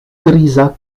griza